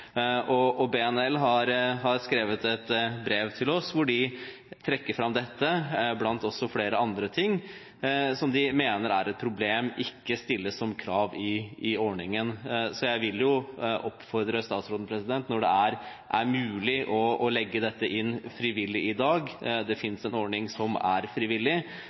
oss hvor de trekker fram dette, blant flere andre ting, som de mener er et problem ikke å stille som krav i ordningen. Så jeg vil oppfordre statsråden: Når det er mulig å legge dette inn frivillig i dag, og det finnes en ordning som er frivillig,